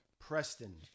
Preston